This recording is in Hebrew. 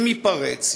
אם ייפרץ,